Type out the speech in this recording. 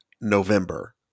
November